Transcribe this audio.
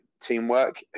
teamwork